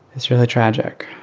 it's really tragic,